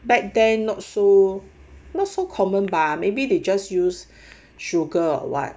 back then not so not so common bah maybe they just use sugar or what